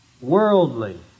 worldly